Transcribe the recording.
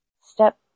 step